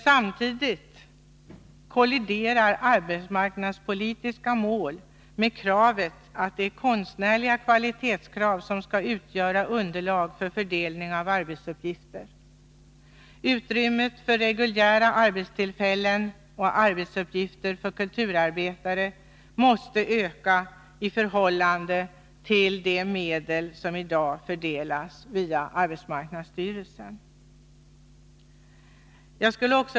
Samtidigt kolliderar arbetsmarknadspolitiska mål med kravet på att det är konstnärliga kvalitetskrav som skall utgöra underlag för fördelning av arbetsuppgifter. Utrymmet för reguljära arbetstillfällen och arbetsuppgifter för kulturarbetare måste öka i förhållande till de medel som i dag fördelas via arbetsmarknadsstyrelsen.